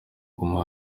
guma